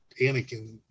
Anakin